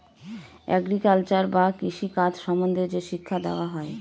agriculture বা কৃষি কাজ সম্বন্ধে যে শিক্ষা দেওয়া হয়